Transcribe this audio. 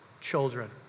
children